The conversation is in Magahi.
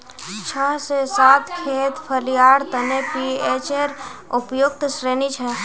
छह से सात खेत फलियार तने पीएचेर उपयुक्त श्रेणी छे